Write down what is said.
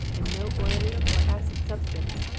and no oily or acid substance,